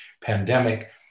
pandemic